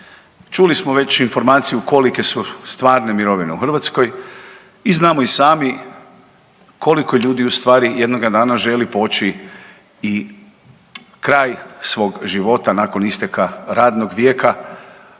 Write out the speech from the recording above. Čuli smo već informaciju kolike su stvarne mirovine u Hrvatskoj i znamo i sami koliko ljudi u stvari jednoga dana želi poći i kraj svog života nakon isteka radnog vijeka